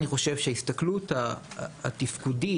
אני חושב שההסתכלות התפקודית,